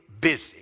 busy